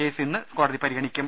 case ഇന്ന് കോടതി പരിഗണിക്കും